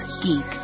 geek